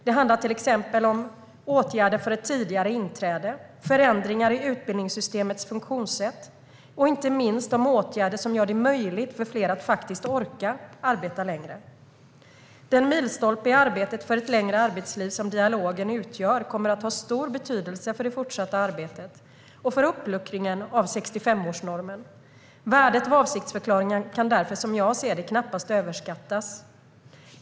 Det handlar till exempel om åtgärder för ett tidigare inträde, om förändringar i utbildningssystemets funktionssätt och inte minst om åtgärder som gör det möjligt för fler att faktiskt orka arbeta längre. Den milstolpe i arbetet för ett längre arbetsliv som dialogen utgör kommer att ha stor betydelse för det fortsatta arbetet och för uppluckringen av 65-årsnormen. Värdet av avsiktsförklaringen kan därför, som jag ser det, knappast överskattas.